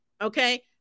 Okay